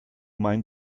mein